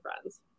friends